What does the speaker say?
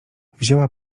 wzięła